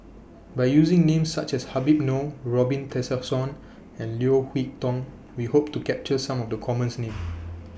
By using Names such as Habib Noh Robin Tessensohn and Leo Hee Tong We Hope to capture Some of The commons Names